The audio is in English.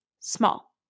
Small